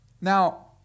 Now